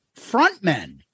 Frontmen